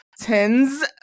Tens